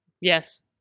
yes